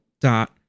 dot